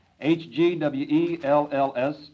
H-G-W-E-L-L-S